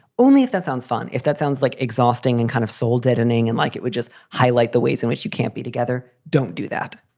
only if that sounds fun. if that sounds like exhausting and kind of soul deadening and like it would just highlight the ways in which you can't be together. don't do that.